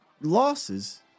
losses